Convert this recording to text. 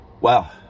Wow